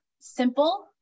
simple